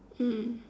mm